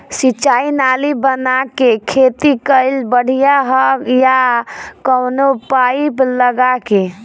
सिंचाई नाली बना के खेती कईल बढ़िया ह या कवनो पाइप लगा के?